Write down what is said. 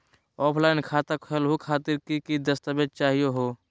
Offline खाता खोलहु खातिर की की दस्तावेज चाहीयो हो?